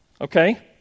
Okay